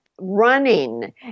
running